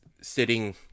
sitting